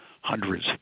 hundreds